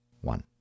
one